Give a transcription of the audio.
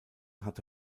hatte